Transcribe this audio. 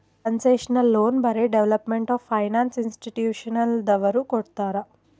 concessional loan ಬರೇ development of finance ಇನ್ಸ್ಟಿಟ್ಯೂಷನದವ್ರು ಕೊಡ್ತಾರ್